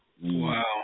wow